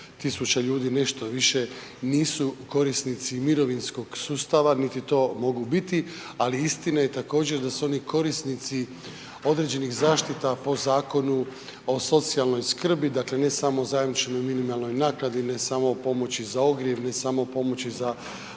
80 000 ljudi, nešto više nisu korisnici mirovinskog sustava niti to mogu biti ali istina je također da su oni korisnici određeni zaštita po Zakonu o socijalnoj skrbi, dakle ne samo o zajamčenoj minimalnoj naknadi, ne samo pomoći za ogrjev, ne samo pomoći za